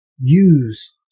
use